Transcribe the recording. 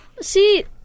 see